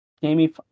Jamie